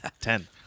Ten